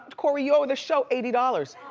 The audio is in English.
corey, you owe this show eighty dollars.